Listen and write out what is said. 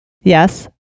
yes